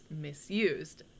misused